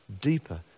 deeper